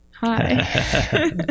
hi